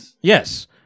Yes